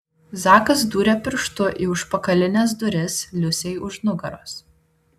zakas dūrė pirštu į užpakalines duris liusei už nugaros